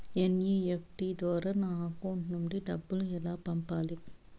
NEFT ద్వారా నా account నుండి డబ్బులు ఎలా పంపాలి